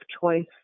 choice